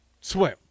swim